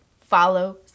follow